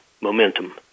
momentum